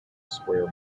square